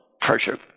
pressure